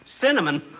Cinnamon